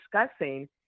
discussing